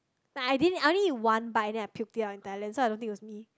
but I didn't I only eat one bite then I puked it out in Thailand so I don't think it was me